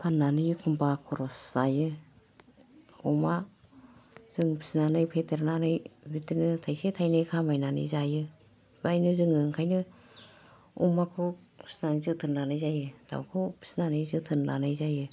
फाननानै एखमबा खरस जायो अमा जों फिनानै फेदेरनानै बिदिनो थाइसे थाइनै खामायनानै जायो फायनो जोङो ओंखायनो अमाखौ फिनानै जोथोन लानाय जायो दावखौ फिनानै जोथोन लानाय जायो